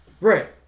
Right